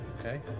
Okay